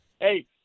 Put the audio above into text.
Hey